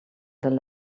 their